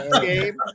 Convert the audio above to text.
game